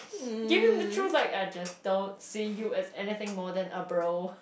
give him the truth like I just don't see you as anything more than a bro